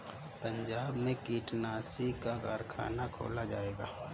पंजाब में कीटनाशी का कारख़ाना खोला जाएगा